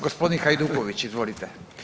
Gospodin Hajduković, izvolite.